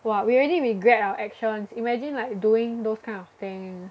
!wah! we already regret our actions imagine like doing those kind of thing